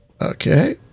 Okay